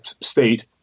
state